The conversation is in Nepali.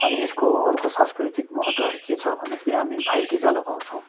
अनि यसको अर्को सांस्कृतिक महत्त्वहरू के छ भन्दाखेरि हामी भाइ टिका लगाउँछौँ